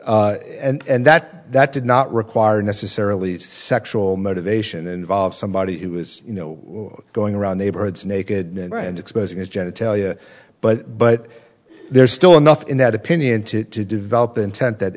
washington and that that did not require necessarily sexual motivation involved somebody who was you know going around neighborhoods naked and exposing his genitalia but but there's still enough in that opinion to to develop the intent that